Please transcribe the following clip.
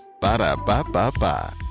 Ba-da-ba-ba-ba